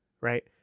right